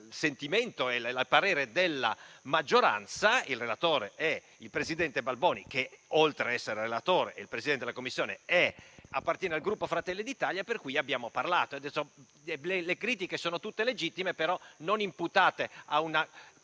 sentimento e il parere della maggioranza; si tratta del presidente Balboni che, oltre a essere relatore, è il Presidente della Commissione e appartiene al Gruppo Fratelli d'Italia, per cui abbiamo parlato. Le critiche sono tutte legittime, però non imputate a un